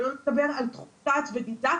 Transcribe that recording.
שלא לדבר על תחום דעת ודידקטיקה.